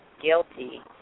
guilty